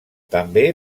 també